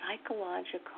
psychological